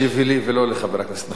ולא לחבר הכנסת נחמן שי.